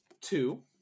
Two